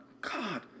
God